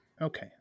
Okay